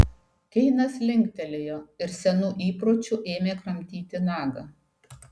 keinas linktelėjo ir senu įpročiu ėmė kramtyti nagą